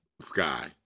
sky